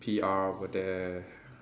P_R over there